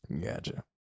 gotcha